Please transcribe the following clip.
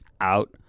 out